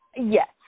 Yes